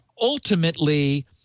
Ultimately